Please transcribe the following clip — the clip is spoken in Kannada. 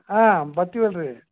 ಹಾಂ ಬರ್ತೀವ್ ಅಲ್ಲರೀ